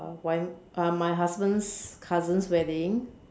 uh my husband's cousin wedding